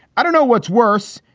i don't know what's worse.